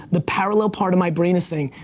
the parallel part of my brain is saying,